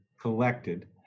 collected